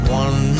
one